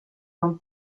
him